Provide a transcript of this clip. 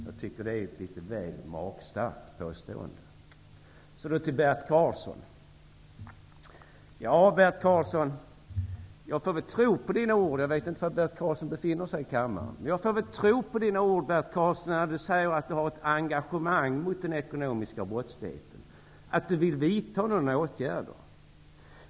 Jag tycker att det är ett litet väl magstarkt påstående. Ja, jag får väl tro på Bert Karlssons ord -- jag vet inte om Bert Karlsson befinner sig i kammaren -- när han säger att han har ett engagemang mot den ekonomiska brottsligheten, att han vill vidta åtgärder.